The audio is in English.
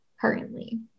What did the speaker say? currently